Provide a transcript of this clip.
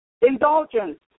indulgence